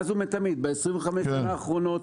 ב-25 השנה האחרונות,